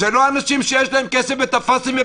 זה לא אנשים שיש להם כסף --- בפק"מים,